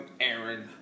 Aaron